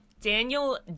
Daniel